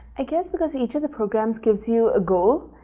i guess because each of the programs gives you a goal.